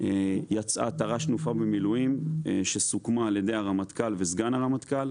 יצאה תר"ש תנופה במילואים שסוכמה על ידי הרמטכ"ל וסגן הרמטכ"ל.